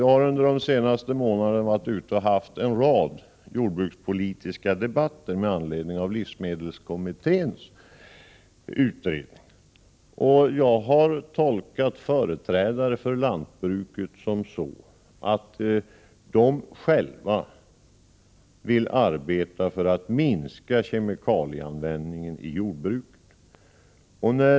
Jag har under de senaste månaderna haft en rad jordbrukspolitiska debatter med anledning av livsmedelskommitténs utredning. Jag har tolkat vad företrädare för lantbruket sagt på det sättet att jordbrukarna själva vill arbeta för en minskad användning av kemikalier inom jordbruket.